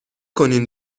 کنین